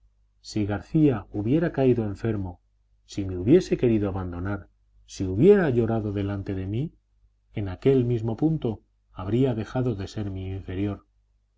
si garcía hubiera caído enfermo si me hubiese querido abandonar si hubiera llorado delante de mí en aquel mismo punto habría dejado de ser mi inferior